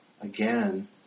again